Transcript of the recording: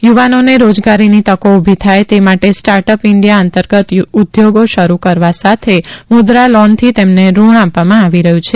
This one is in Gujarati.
યુવાનોને રોજગારીની તકો ઉભી થાય તે માટે સ્ટાર્ટપ ઇન્ડીયા અંતર્ગત ઉધોગો શરૂ કરવાની સાથે મુદ્રા લોનથી તેમને ઋણ આપવામાં આવી રહ્યું છે